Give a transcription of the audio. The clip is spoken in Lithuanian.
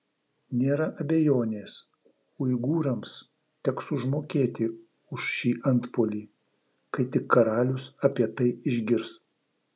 nėra abejonės uigūrams teks užmokėti už šį antpuolį kai tik karalius apie tai išgirs